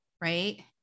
right